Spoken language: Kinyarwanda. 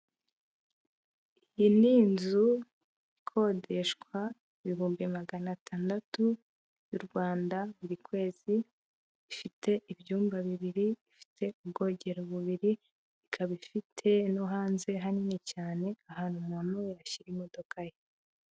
Iyi ni inzu ikodeshwa ibihumbi magana atandatu y'u Rwanda buri kwezi, ifite ibyumba bibiri, ifite ubwogero Bubiri, ikaba ifite no hanze hanini cyane ahantu umuntu yashyira imodoka ye.